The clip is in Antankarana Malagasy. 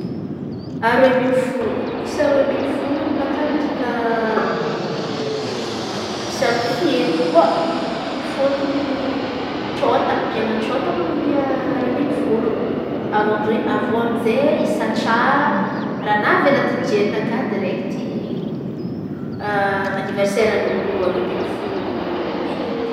Aroamby ny folo, isa aroa ambiny folo aminakà midika isa feno koa fôtony tsôta bi ana tsôta moa man̈omia roa amby ny folo. Avy eo amizay avy eo amizay isa tsara raha navy anaty jerinakà direkty a- anivarsairan'olo aroa ambiny folo mey.